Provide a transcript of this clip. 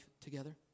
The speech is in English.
together